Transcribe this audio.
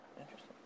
Interesting